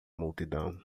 multidão